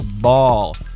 ball